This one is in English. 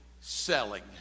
selling